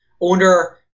owner